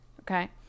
Okay